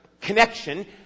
connection